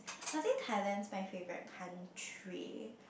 I would say Thailand is my favourite country